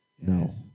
No